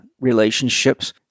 relationships